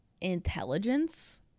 intelligence